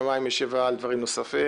יומיים ישיבה על דברים נוספים.